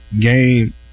game